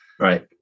Right